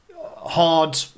hard